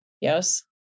yes